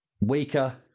weaker